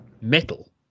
metal